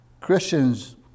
Christians